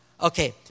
okay